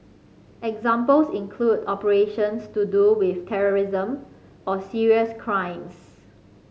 examples include operations to do with terrorism or serious crimes